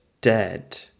dead